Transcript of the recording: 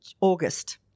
August